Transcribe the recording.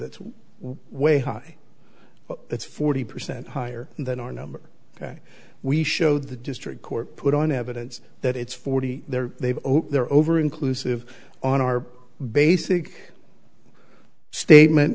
that way high it's forty percent higher than our number we showed the district court put on evidence that it's forty there they've they're over inclusive on our basic statement